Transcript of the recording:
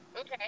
Okay